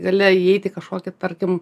gali įeiti į kažkokį tarkim